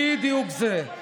בדיוק זה.